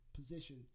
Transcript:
position